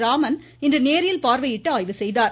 ராமன் இன்று நேரில் பார்வையிட்டு ஆய்வு செய்தார்